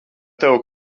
tev